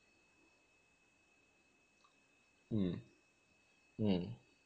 mm mm